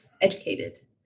Educated